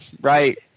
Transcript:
Right